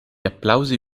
applausi